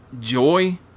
joy